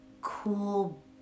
cool